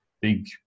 big